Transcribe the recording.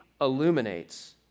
illuminates